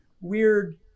weird